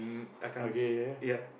I can't say ya